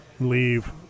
leave